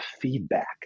feedback